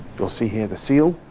you'll see here the seal,